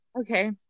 Okay